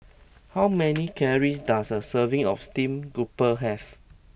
how many calories does a serving of steamed grouper have